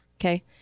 Okay